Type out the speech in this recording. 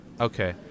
Okay